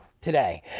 today